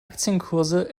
aktienkurse